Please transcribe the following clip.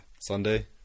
Sunday